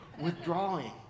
withdrawing